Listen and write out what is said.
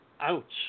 Ouch